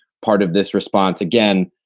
part of this response, again,